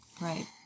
Right